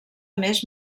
més